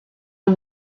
and